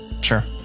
sure